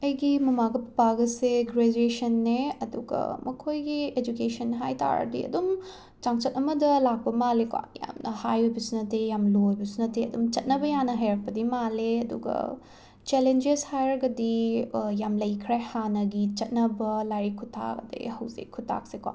ꯑꯩꯒꯤ ꯃꯃꯥꯒ ꯄꯄꯥꯒꯁꯦ ꯒ꯭ꯔꯦꯖꯨꯋꯦꯁꯟꯅꯦ ꯑꯗꯨꯒ ꯃꯈꯣꯏꯒꯤ ꯑꯦꯖꯨꯀꯦꯁꯟ ꯍꯥꯏꯇꯥꯔꯗꯤ ꯑꯗꯨꯝ ꯆꯥꯡꯆꯠ ꯑꯃꯗ ꯂꯥꯛꯄ ꯃꯥꯜꯂꯦ ꯀꯣ ꯌꯥꯝꯅ ꯍꯥꯏ ꯑꯣꯏꯕꯁꯨ ꯅꯠꯇꯦ ꯌꯥꯝꯅ ꯂꯣ ꯑꯣꯏꯕꯁꯨ ꯅꯠꯇꯦ ꯑꯗꯨꯝ ꯆꯠꯅꯕ ꯌꯥꯅ ꯍꯩꯔꯛꯄꯗꯤ ꯃꯥꯜꯂꯦ ꯑꯗꯨꯒ ꯆꯦꯂꯦꯟꯖꯦꯁ ꯍꯥꯏꯔꯒꯗꯤ ꯌꯥꯝꯅ ꯂꯩꯈ꯭ꯔꯦ ꯍꯥꯟꯅꯒꯤ ꯆꯠꯅꯕ ꯂꯥꯏꯔꯤꯛ ꯈꯨꯇꯥꯛ ꯑꯗꯒꯤ ꯍꯧꯖꯤꯛ ꯈꯨꯇꯥꯛ ꯁꯦ ꯀꯣ